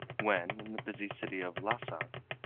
when in the busy city of lha-ssa,